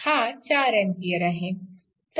हा 4A आहे